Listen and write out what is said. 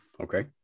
Okay